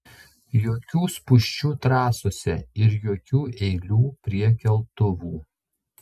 jokių spūsčių trasose ir jokių eilių prie keltuvų